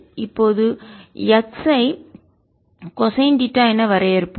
இப்போது x ஐ cosine theta என வரையறுப்போம்